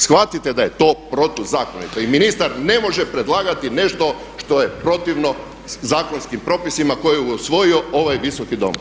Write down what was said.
Shvatite da je to protuzakonito i ministar ne može predlagati nešto što je protivno zakonskim propisima koje je usvojio ovaj visoki dom.